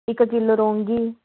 इक्क किलो रौंगी